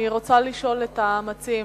אני רוצה לשאול את המציעים.